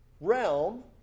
realm